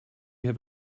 have